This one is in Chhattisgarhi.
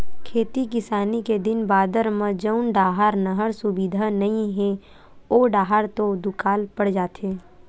खेती किसानी के दिन बादर म जउन डाहर नहर सुबिधा नइ हे ओ डाहर तो दुकाल पड़ जाथे